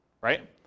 right